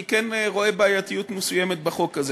אני כן רואה בעייתיות מסוימת בחוק הזה.